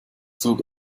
zug